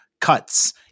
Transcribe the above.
cuts